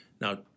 now